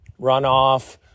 Runoff